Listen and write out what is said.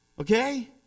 Okay